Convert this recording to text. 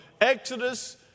Exodus